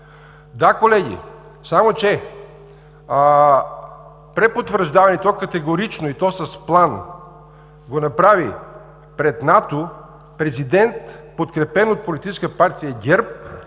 Да, колеги, само че препотвърждаване и то категорично, и с план, го направи пред НАТО президент, подкрепен от Политическа партия ГЕРБ